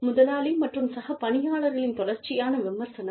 முதலாளி மற்றும் சக பணியாளர்களின் தொடர்ச்சியான விமர்சனம்